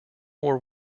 war